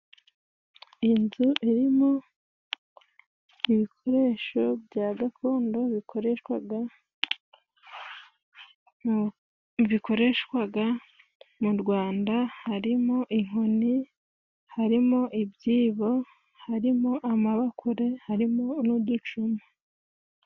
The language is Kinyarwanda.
Inzu irimo ibikoresho bya gakondo bikoreshwaga bikoreshwaga mu Rwanda harimo inkoni, harimo ibyibo, harimo amabakure, harimo n'uducuma.